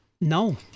No